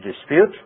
dispute